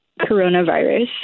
coronavirus